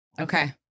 Okay